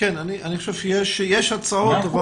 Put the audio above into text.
יש הצעות,